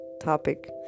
topic